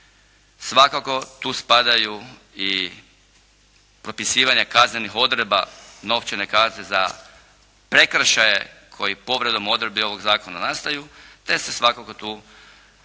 Svakako, tu spadaju i propisivanje kaznenih odredba, novčane kazne za prekršaje koji povredom odredbi ovog zakona nastaju, te se svakako tu propisuju